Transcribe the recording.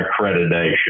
accreditation